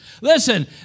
listen